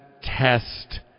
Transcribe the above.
test